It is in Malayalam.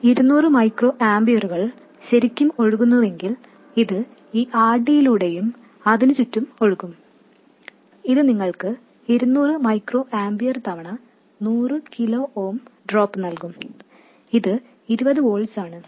ഈ 200 മൈക്രോ ആമ്പിയറുകൾ ശരിക്കും ഒഴുകുന്നുവെങ്കിൽ അത് ഈ RD യിലൂടെയും അതിനു ചുറ്റും ഒഴുകും ഇത് നിങ്ങൾക്ക് 200 മൈക്രോ ആമ്പിയർ തവണ 100 കിലോ ഓം ഡ്രോപ്പ് നൽകും അത് 20 വോൾട്ട്സ് ആണ്